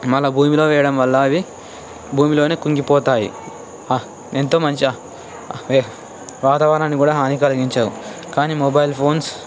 మళ్ళా భూమిలో వేయడం వల్ల అవి భూమిలోనే కుంగిపోతాయి ఎంతో మంచి వాతావరణానికి కూడా హాని కలిగించవు కానీ మొబైల్ ఫోన్స్